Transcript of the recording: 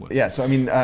yes. i mean,